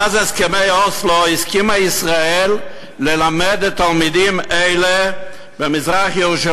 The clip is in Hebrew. מאז הסכמי אוסלו הסכימה ישראל ללמד את תלמידים אלה במזרח-ירושלים